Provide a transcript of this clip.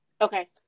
Okay